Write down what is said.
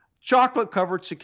chocolate-covered